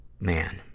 man